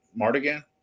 martigan